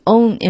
Own